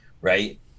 right